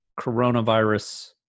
coronavirus